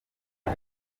uko